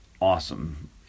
awesome